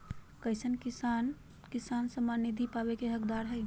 कईसन किसान किसान सम्मान निधि पावे के हकदार हय?